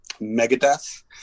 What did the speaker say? Megadeth